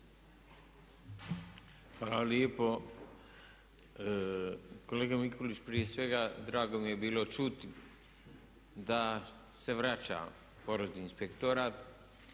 Hvala lijepo. Kolega Mikulić, prije svega drago mi je bilo čuti da se vraća porezni inspektorat